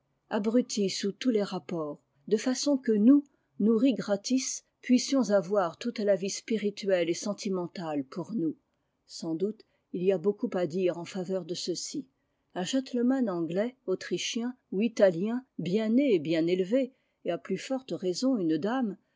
abrutis sous tous les rapports de façon que nous nourris gratis puissions avoir toute la vie spirituelle et sentimentale pour nous sans doute il y a beaucoup à dire en faveur de ceci un gentleman anglais autrichien ou italien bien né et bien élevé et à plus forte raison